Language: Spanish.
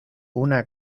una